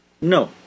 No